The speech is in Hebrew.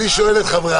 --- יש חלקים שכן, שאפשר.